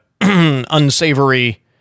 unsavory